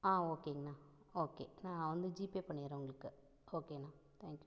ஆ ஓகேங்கண்ணா ஓகே நான் வந்து ஜீபே பண்ணிடுறேன் உங்களுக்கு ஓகேண்ணா தேங்க் யூ